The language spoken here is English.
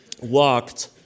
walked